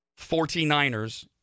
49ers